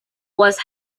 was